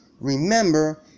Remember